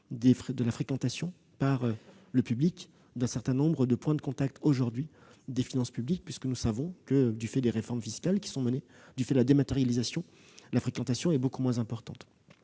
de la fréquentation par le public d'un certain nombre de points de contact des finances publiques. En effet, du fait des réformes fiscales qui sont menées et de la dématérialisation, la fréquentation est beaucoup moins importante.